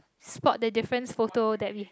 spot the difference photo that we